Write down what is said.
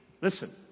Listen